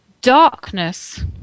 darkness